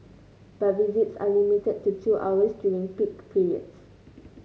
but visits are limited to two hours during peak periods